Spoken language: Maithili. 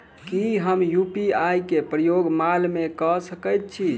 की हम यु.पी.आई केँ प्रयोग माल मै कऽ सकैत छी?